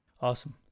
awesome